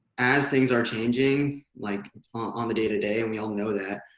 as things are changing like on on the day to day, and we all know that